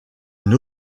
une